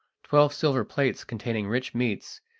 twelve silver plates containing rich meats,